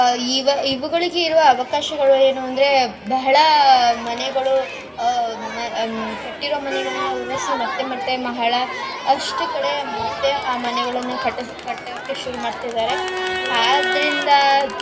ಇವ ಇವುಗಳಿಗೆ ಇರುವ ಅವಕಾಶಗಳು ಏನು ಅಂದರೆ ಬಹಳ ಮನೆಗಳು ಮ ಕಟ್ಟಿರುವ ಮನೆಗಳನ್ನ ಉರುಳಿಸಿ ಮತ್ತೆ ಮತ್ತೆ ಬಹಳಷ್ಟು ಕಡೆ ಮತ್ತೆ ಆ ಮನೆಗಳನ್ನು ಕಟ್ ಕಟ್ಟೋಕೆ ಶುರು ಮಾಡ್ತಿದ್ದಾರೆ ಆದ್ರಿಂದ